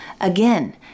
again